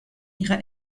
ihrer